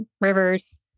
rivers